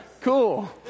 cool